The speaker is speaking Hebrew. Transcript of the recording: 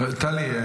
טלי.